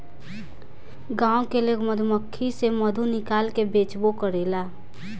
गाँव के लोग मधुमक्खी से मधु निकाल के बेचबो करेला